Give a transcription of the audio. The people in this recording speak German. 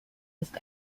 ist